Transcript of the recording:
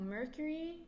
Mercury